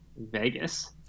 Vegas